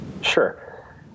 Sure